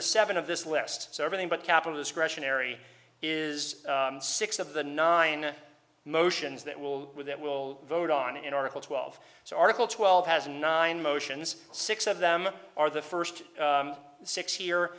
the seven of this list is everything but captain discretionary is six of the nine motions that will with it will vote on in article twelve so article twelve has nine motions six of them are the first six here